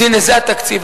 אז הנה, זה התקציב.